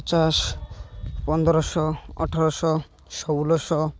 ପଚାଶ ପନ୍ଦରଶହ ଅଠରଶହ ଷୋହଳଶହ